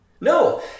No